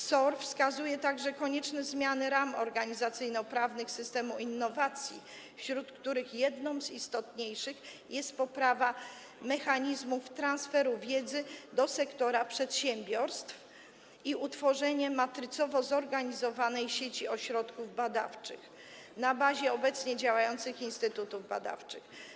SOR wskazuje także konieczne zmiany ram organizacyjno-prawnych systemu innowacji, wśród których jedną z istotniejszych jest poprawa mechanizmów transferu wiedzy do sektora przedsiębiorstw i utworzenie matrycowo zorganizowanej sieci ośrodków badawczych na bazie obecnie działających instytutów badawczych.